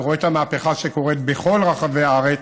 ורואה את המהפכה שקורית בכל רחבי הארץ,